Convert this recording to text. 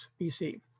BC